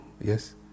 yes